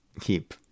keep